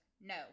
no